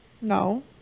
No